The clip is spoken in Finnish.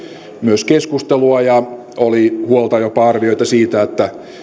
myös keskustelua ja oli huolta jopa arvioita siitä että